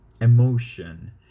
emotion